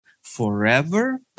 forever